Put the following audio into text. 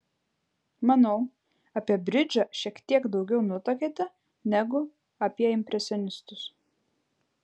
manau apie bridžą šiek tiek daugiau nutuokiate negu apie impresionistus